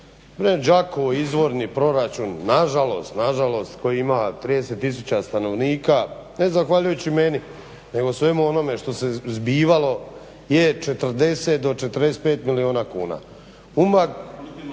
izvorni proračun, na žalost, na žalost koji ima 30000 stanovnika ne zahvaljujući meni, nego svemu onome što se zbivalo je 40 do 45 milijuna kuna. Umag